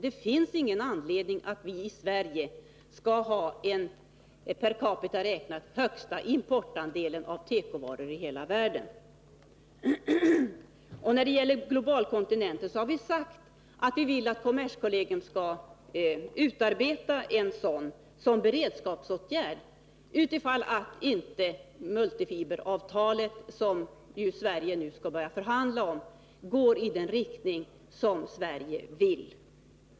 Det finns ingen anledning till att vi i Sverige skall ha den högsta importandelen av tekovaror i hela världen per capita räknat. När det gäller globalkontingenter har vi sagt att vi vill att kommerskollegium skall utarbeta ett förslag till ett sådant som beredskapsåtgärd, om inte lösningarna i multifiberavtalet, som Sverige nu skall börja förhandla om, går i den riktning som Sverige vill.